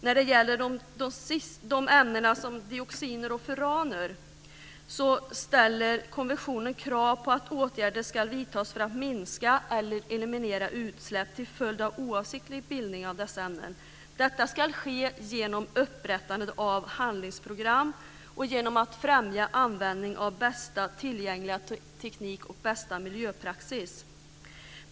När det gäller dioxiner och furaner ställer konventionen krav på att åtgärder ska vidtas för att minska eller eliminera utsläpp till följd av oavsiktlig bildning av dessa ämnen. Detta ska ske genom upprättande av handlingsprogram och genom att främja användning av bästa tillgängliga teknik och bästa miljöpraxis.